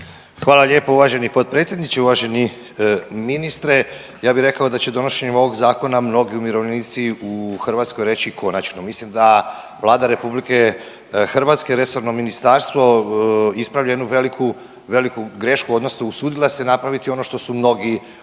Hvala lijepo uvaženi potpredsjedniče. Uvaženi ministre, ja bi rekao da će donošenjem ovog zakona mnogi umirovljenici u Hrvatskoj reći konačno. Mislim da Vlada RH i resorno ministarstvo ispravlja jednu veliku, veliku grešku odnosno usudila se napraviti ono što su mnogi odlagali.